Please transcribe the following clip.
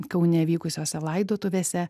kaune vykusiose laidotuvėse